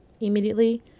immediately